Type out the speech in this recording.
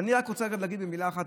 אבל אני רק רוצה להגיד במילה אחת,